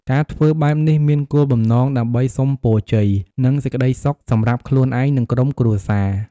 ការធ្វើបែបនេះមានគោលបំណងដើម្បីសុំពរជ័យ និងសេចក្តីសុខសម្រាប់ខ្លួនឯង និងក្រុមគ្រួសារ។